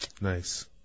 Nice